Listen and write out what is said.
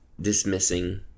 Dismissing